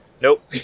Nope